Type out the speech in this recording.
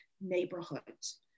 neighborhoods